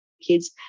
kids